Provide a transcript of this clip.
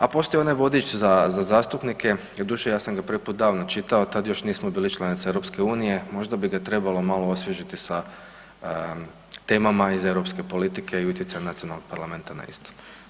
A postoji onaj vodič za zastupnike, doduše, ja sam ga prvi put davno čitao, tad još nismo bili članica EU, možda bi ga trebalo malo osvježiti sa temama iz EU politike i utjecaj nacionalnog parlamenta na istu.